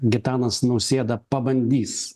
gitanas nausėda pabandys